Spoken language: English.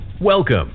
Welcome